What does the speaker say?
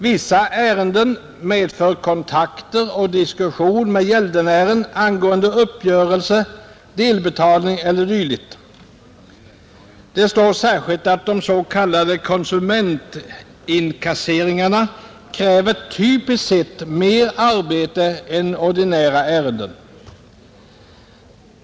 Vissa ärenden medför kontakter och diskussion med gäldenären angående uppgörelse, delbetalning e. d. Det står särskilt att de s.k. konsumentinkasseringarna kräver typiskt sett mer arbete än de ordinära ärendena.